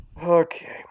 Okay